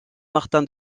martin